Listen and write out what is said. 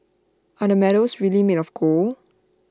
are the medals really made of gold